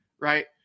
Right